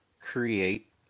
create